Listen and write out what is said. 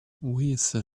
with